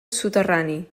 soterrani